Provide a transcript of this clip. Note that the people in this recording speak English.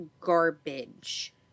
garbage